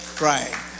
right